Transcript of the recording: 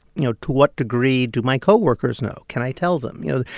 you know, to what degree do my co-workers know? can i tell them? you know,